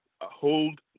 hold